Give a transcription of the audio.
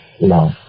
love